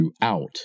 throughout